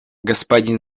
господин